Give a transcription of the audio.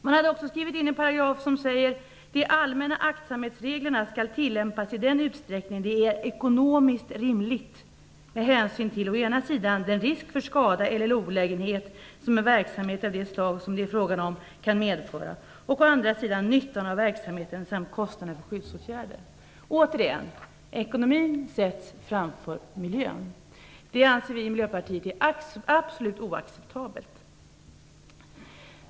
Man hade också skrivit in en paragraf som säger: De allmänna aktsamhetsreglerna skall tillämpas i den utsträckning det är ekonomiskt rimligt med hänsyn till å ena sidan den risk för skada eller olägenhet som en verksamhet av det slag som det är fråga om kan medföra och å andra sidan nyttan av verksamheten samt kostnaden för skyddsåtgärder. Återigen: Ekonomin sätts före miljön. Det anser vi i Miljöpartiet vara absolut oacceptabelt.